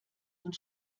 und